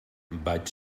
vaig